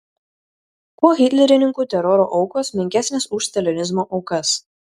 kuo hitlerininkų teroro aukos menkesnės už stalinizmo aukas